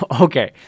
Okay